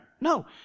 No